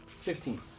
Fifteen